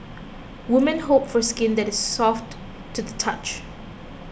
women hope for skin that is soft to the touch